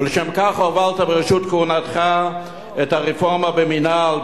ולשם כך הובלת בראשית כהונתך את הרפורמה במינהל,